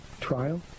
trial